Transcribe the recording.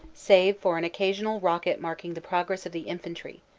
save for an occasional rocket marking the progress of the infantry,